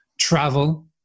travel